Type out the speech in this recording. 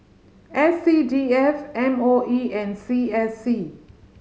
S C D F M O E and C S C